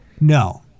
No